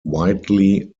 widely